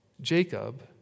Jacob